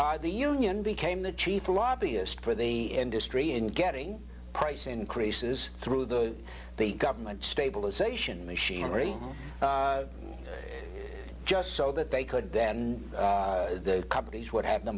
the union became the chief lobbyist for the industry in getting price increases through the government stabilization machinery just so that they could then the companies would have the